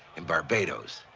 in barbados.